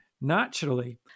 naturally